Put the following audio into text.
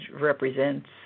represents